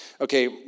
Okay